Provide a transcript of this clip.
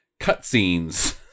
cutscenes